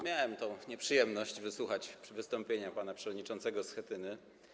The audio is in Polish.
Miałem tę nieprzyjemność wysłuchać wystąpienia pana przewodniczącego Schetyny.